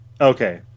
Okay